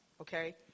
okay